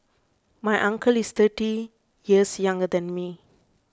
my uncle is thirty years younger than me